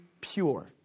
pure